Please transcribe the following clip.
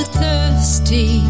thirsty